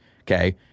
Okay